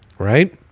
right